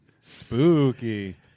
spooky